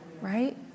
right